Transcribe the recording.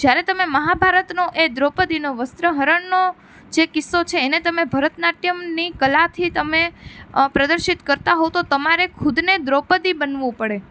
જ્યારે તમે મહાભારતનો એ દ્રોપદીના વસ્ત્રાહરણનો જે કિસ્સો છે એને તમે ભરતનાટ્યમની કલાથી તમે પ્રદર્શિત કરતાં હોવ તો તમારે ખુદને દ્રોપદી બનવું પડે